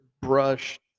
brush